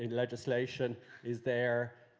legislation is there,